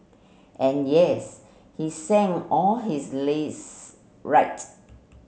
and yes he sang all his right